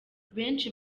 benshi